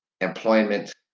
employment